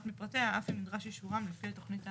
מפרטיה אף אם נדרש אישורם לפי התכנית האמורה.